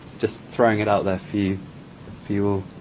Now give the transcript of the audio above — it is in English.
just throwing it out there for you for you all